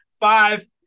five